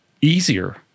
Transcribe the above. easier